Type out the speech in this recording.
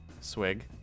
Swig